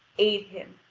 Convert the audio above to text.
aid him,